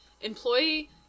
employee